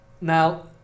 Now